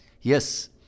yes